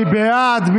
מי בעד?